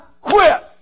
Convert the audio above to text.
quit